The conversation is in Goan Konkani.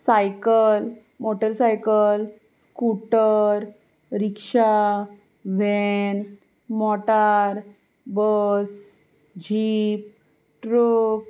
cycle motorcycle scooter rickshaw van motor bus jeep truck